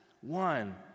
One